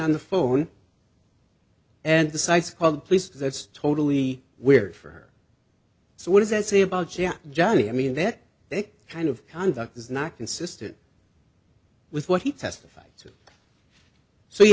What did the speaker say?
on the phone and the sites call the police that's totally weird for her so what does that say about jack johnny i mean that they kind of conduct is not consistent with what he testified so you